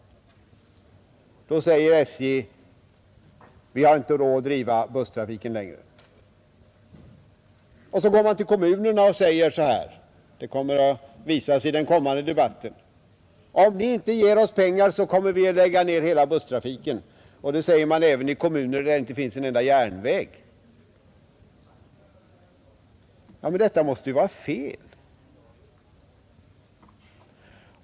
Då säger SJ att man inte har råd att driva busstrafiken längre. Så går man till kommunerna och säger: Om ni inte ger oss pengar, kommer vi att lägga ned hela busstrafiken. Man säger detta även till kommuner där det inte finns en enda järnväg. Men detta måste vara fel.